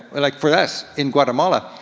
like for this, in guatemala,